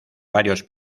varios